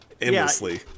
endlessly